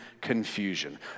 confusion